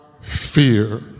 fear